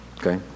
okay